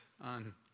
on